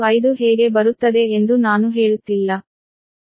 25 ಹೇಗೆ ಬರುತ್ತದೆ ಎಂದು ನಾನು ಹೇಳುತ್ತಿಲ್ಲ